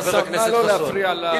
חבר הכנסת חסון.